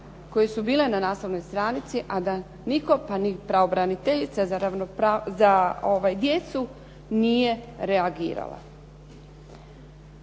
koje su bile na naslovnoj stranici a da nitko, pa ni pravobraniteljica za djecu nije reagirala.